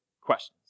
questions